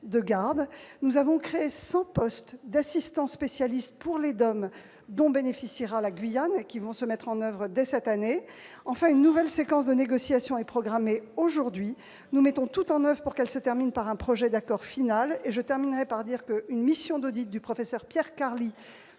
de garde. Nous avons créé cent postes d'assistants spécialistes pour les DOM, mesure dont bénéficiera la Guyane dès cette année. Enfin, une nouvelle séquence de négociation est programmée aujourd'hui. Nous mettons tout en oeuvre pour qu'elle se termine par un projet d'accord final. Je terminerai en soulignant qu'une mission d'audit a été confiée au professeur Pierre Carli,